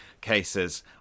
cases